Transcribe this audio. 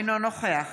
אינו נוכח